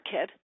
kid